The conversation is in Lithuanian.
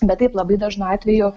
bet taip labai dažnu atveju